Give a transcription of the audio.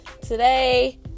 today